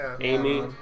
Amy